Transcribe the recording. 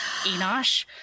Enosh